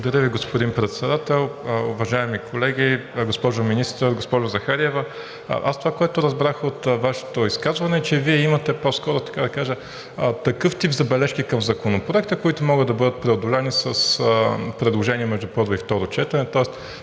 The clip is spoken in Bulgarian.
Благодаря Ви, господин Председател. Уважаеми колеги, госпожо Министър, госпожо Захариева, аз това, което разбрах от Вашето изказване, е, че Вие имате по-скоро, така да кажа, такъв тип забележки към Законопроекта, които могат да бъдат преодолени с предложения между първо и второ четене.